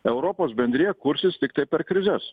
europos bendrija kursis tiktai per krizes